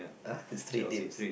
ah is three teams